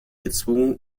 gezwungen